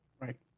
Right